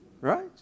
right